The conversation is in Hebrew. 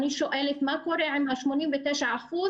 אני שואלת מה קורה עם ה-89 אחוזים,